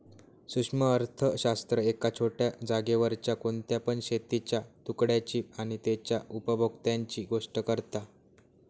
सूक्ष्म अर्थशास्त्र एका छोट्या जागेवरच्या कोणत्या पण शेतीच्या तुकड्याची आणि तेच्या उपभोक्त्यांची गोष्ट करता